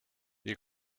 wie